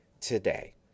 today